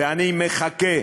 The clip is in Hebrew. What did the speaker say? ואני מחכה